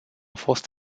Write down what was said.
fost